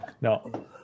no